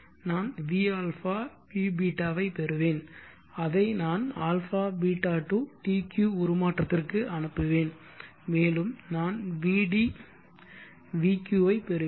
நான் v α vβ ஐப் பெறுவேன் அதை நான் αβ to dq உருமாற்றத்திற்கு அனுப்புவேன் மேலும் நான் vd vq ஐப் பெறுவேன்